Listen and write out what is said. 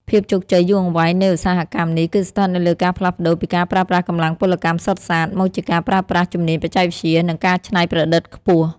ភាពជោគជ័យយូរអង្វែងនៃឧស្សាហកម្មនេះ គឺស្ថិតនៅលើការផ្លាស់ប្តូរពីការប្រើប្រាស់កម្លាំងពលកម្មសុទ្ធសាធ មកជាការប្រើប្រាស់ជំនាញបច្ចេកវិទ្យា និងការច្នៃប្រឌិតខ្ពស់។